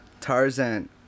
Tarzan